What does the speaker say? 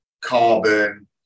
carbon